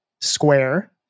Square